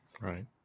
Right